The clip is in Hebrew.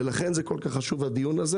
ולכן הדיון הזה חשוב.